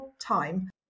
time